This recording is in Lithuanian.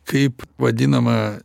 kaip vadinama